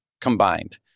combined